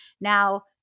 Now